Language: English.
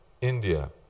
India